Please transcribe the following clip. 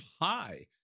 high